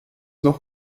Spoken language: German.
noch